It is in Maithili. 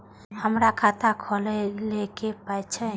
हमर खाता खौलैक पाय छै